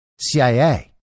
CIA